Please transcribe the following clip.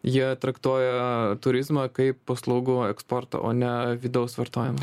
jie traktuoja turizmą kaip paslaugų eksportą o ne vidaus vartojimą